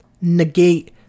negate